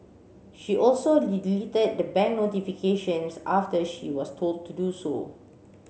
she also deleted the bank notifications after she was told to do so